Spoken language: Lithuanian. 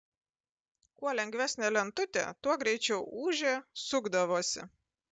kuo lengvesnė lentutė tuo greičiau ūžė sukdavosi